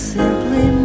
simply